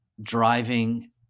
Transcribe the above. driving